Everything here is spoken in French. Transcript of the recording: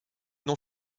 non